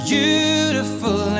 Beautiful